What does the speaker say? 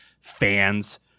fans